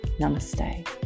Namaste